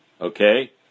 Okay